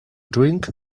drink